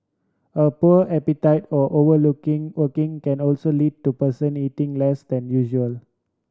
a poor appetite or overlooking working can also lead to person eating less than usual